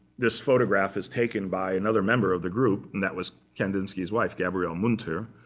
this photograph is taken by another member of the group. and that was kandinsky's wife, gabriele munter.